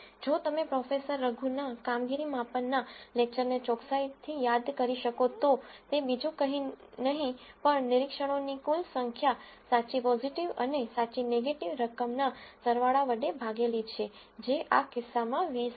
જો તમે પ્રોફેસર રઘુના કામગીરી માપનના લેકચરનેચોકસાઈથી યાદ કરી શકો તો તે બીજું કઈ નહિ પણ નિરીક્ષણોની કુલ સંખ્યા સાચી પોઝીટીવ અને સાચી નેગેટીવ રકમના સરવાળા વડે ભાગેલી છે જે આ કિસ્સામાં 20 છે